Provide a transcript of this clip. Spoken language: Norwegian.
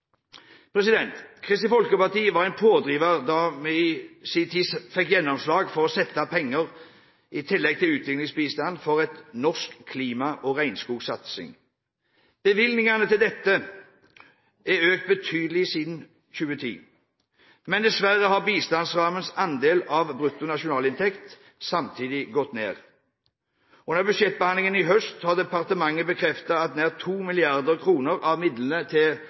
Kristelig Folkeparti var en pådriver da man i sin tid fikk gjennomslag for å sette av penger i tillegg til utviklingsbistanden til en norsk klima- og regnskogsatsing. Bevilgningene til dette er økt betydelig siden 2010, men dessverre har bistandsrammens andel av brutto nasjonalinntekt samtidig gått ned. Under budsjettbehandlingen i høst har departementet bekreftet at nær 2 mill. kr av midlene til